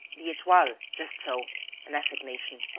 the etoile, just so an assignation.